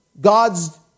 God's